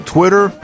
Twitter